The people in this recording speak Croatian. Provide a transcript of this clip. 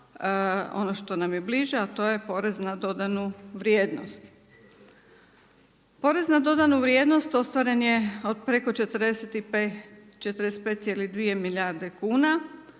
ono što nam je bliže a to je porez na dodanu vrijednost. Porez na dodanu vrijednost ostvaren je od preko 45,2 milijarde kuna.